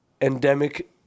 endemic